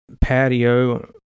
patio